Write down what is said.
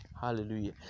Hallelujah